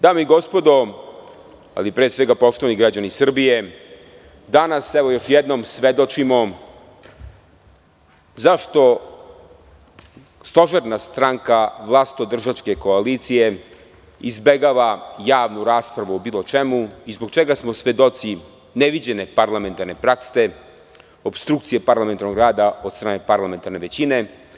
Dame i gospodo, ali pre svega poštovani građani Srbije, danas, evo još jednom, svedočimo zašto stožerna stranka vlastodržačke koalicije izbegava javnu raspravu o bilo čemu i zbog čega smo svedoci neviđene parlamentarne prakse, opstrukcije parlamentarnog rada od strane parlamentarne većine.